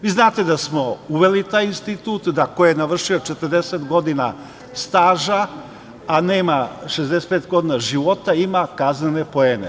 Vi znate da smo uveli taj institut, da ko je navršio 40 godina staža, a nema 65 godina života ima kaznene poene.